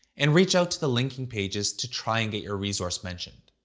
and reach out to the linking pages to try and get your resource mentioned.